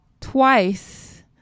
twice